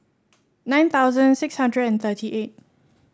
nine thousand six hundred and thirty eight